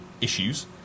issues